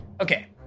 okay